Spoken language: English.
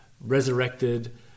resurrected